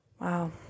Wow